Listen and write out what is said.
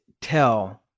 tell